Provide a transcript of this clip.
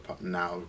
now